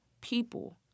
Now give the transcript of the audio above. people